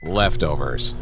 leftovers